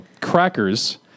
crackers